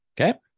okay